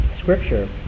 Scripture